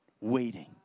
waiting